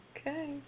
Okay